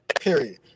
period